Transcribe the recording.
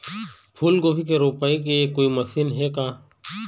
फूलगोभी के रोपाई के कोई मशीन हे का?